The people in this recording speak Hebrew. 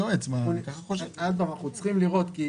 אגרות חוב מיועדות אם הן נמצאות במסלולי השקעה כי